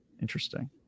interesting